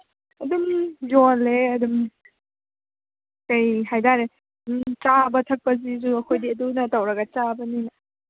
ꯑꯗꯨꯝ ꯌꯣꯜꯂꯦ ꯑꯗꯨꯝ ꯀꯔꯤ ꯍꯥꯏ ꯇꯥꯔꯦ ꯆꯥꯕ ꯊꯛꯄꯁꯤꯁꯨ ꯑꯩꯈꯣꯏꯗꯤ ꯑꯗꯨꯅ ꯇꯧꯔꯒ ꯆꯥꯕꯅꯤꯅ